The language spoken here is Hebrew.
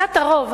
קבוצת הרוב,